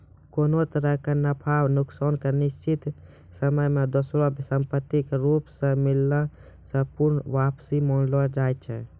कोनो तरहो के नफा नुकसान के निश्चित समय मे दोसरो संपत्ति के रूपो मे मिलना सेहो पूर्ण वापसी मानलो जाय छै